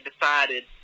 decided